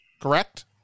Correct